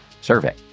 survey